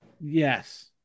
yes